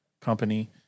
company